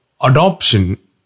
adoption